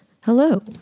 Hello